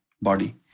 body